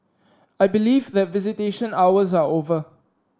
I believe that visitation hours are over